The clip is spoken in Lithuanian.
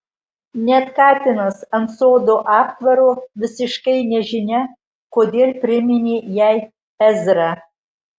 net katinas ant sodo aptvaro visiškai nežinia kodėl priminė jai ezrą